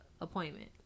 appointment